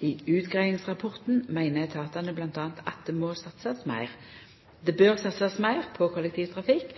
I utgreiingsrapporten meiner etatane bl.a. at det må satsast meir. Det bør satsast meir på kollektivtrafikk,